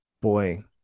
boy